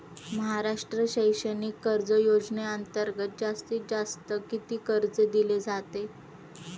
महाराष्ट्र शैक्षणिक कर्ज योजनेअंतर्गत जास्तीत जास्त किती कर्ज दिले जाते?